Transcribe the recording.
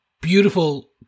beautiful